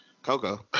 Coco